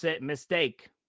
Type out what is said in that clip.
mistake